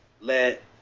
let